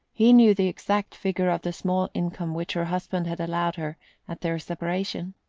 he knew the exact figure of the small income which her husband had allowed her at their separation.